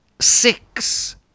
six